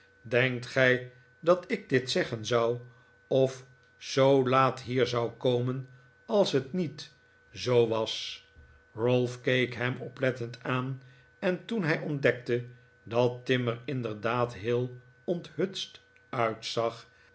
denkt gij dat ik dit zeggen zou of zoo laat hier zou komen als het niet zoo was ralph keek hem oplettend aan en toen hij ontdekte dat tim er inderdaad heel onthutst uitzag